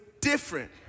different